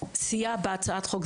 שסייע בהצעת החוק.